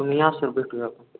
पण या सर भेटूया आपण